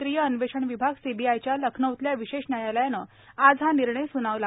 केंद्रीय अन्वेषण विभाग सीबीआयच्या लखनौतल्या विशेष न्यायालयानं आज हा निर्णय सुनावला